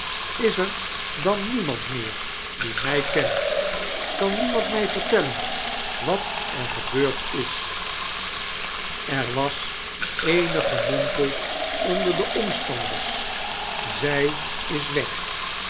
is er dan niemand meer die mij kent kan niemand mij vetrtellen wat er gebeurd is er was eenig gemompel onder de omstanders zij is weg